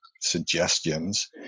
suggestions